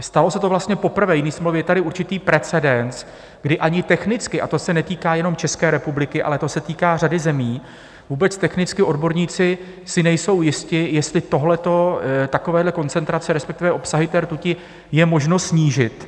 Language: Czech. Stalo se to vlastně poprvé, je tady určitý precedens, kdy ani technicky, a to se netýká jenom České republiky, ale to se týká řady zemí, vůbec technicky odborníci si nejsou jisti, jestli takovéhle koncentrace, respektive obsahy té rtuti, je možno snížit.